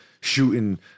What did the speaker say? shooting